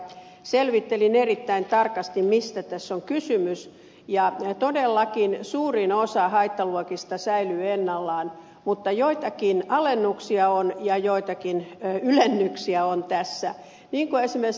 selvittelin erittäin tarkasti mistä tässä on kysymys ja todellakin suurin osa haittaluokista säilyy ennallaan mutta joitakin alennuksia on ja joitakin ylennyksiä on tässä niin kuin esimerkiksi nämä sokeat